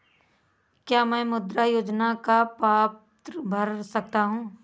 क्या मैं मुद्रा योजना का प्रपत्र भर सकता हूँ?